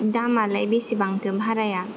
दामालाय बेसेबांथो भाराया